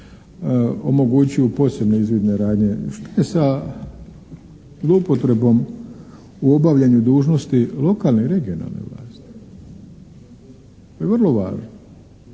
omogući u posebne izvidne radnje sa zloupotrebom u obavljanju dužnosti lokalne i regionalne vlasti. To je vrlo važno.